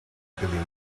billion